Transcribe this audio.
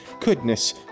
goodness